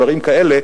דברים כאלה,